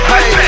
Hey